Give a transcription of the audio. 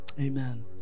amen